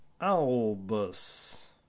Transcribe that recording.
Albus